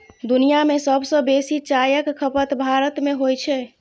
दुनिया मे सबसं बेसी चायक खपत भारत मे होइ छै